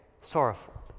sorrowful